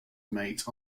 mate